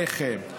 עליכם.